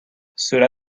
cela